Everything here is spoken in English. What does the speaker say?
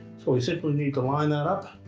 so we simply need to line that up.